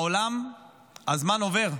בעולם הזמן עובר.